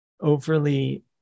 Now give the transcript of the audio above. overly